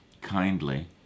Kindly